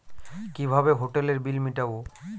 কিভাবে হোটেলের বিল মিটাব?